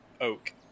Oak